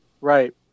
right